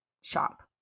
shop